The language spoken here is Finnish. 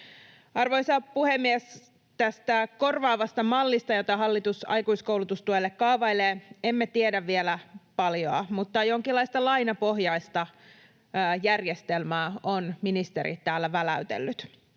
Arvoisa puhemies! Tästä korvaavasta mallista, jota hallitus aikuiskoulutustuelle kaavailee, emme tiedä vielä paljoa, mutta jonkinlaista lainapohjaista järjestelmää on ministeri täällä väläytellyt.